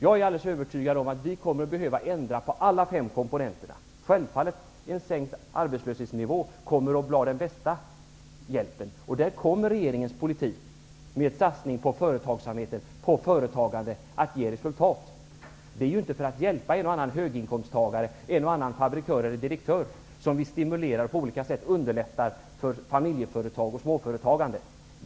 Jag är alldeles övertygad om att vi kommer att behöva ändra på alla fem komponenterna. En sänkning av arbetslöshetsersättningsnivån kommer självfallet att bli den bästa hjälpen. Regeringens politik kommer, med satsning på företagsamhet och företagande, att ge resultat. Det är inte för att hjälpa en och annan höginkomsttagare, en och annan fabrikör eller direktör som vi stimulerar och på olika sätt underlättar för familjeföretag och småföretagande.